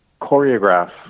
choreograph